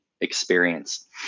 experience